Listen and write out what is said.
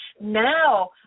now